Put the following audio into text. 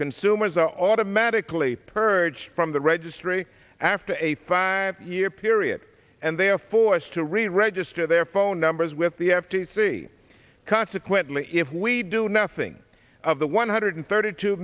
consumers are automatically purged from the registry after a five year period and they are forced to reregister their phone numbers with the f t c consequently if we do nothing of the one hundred thirty two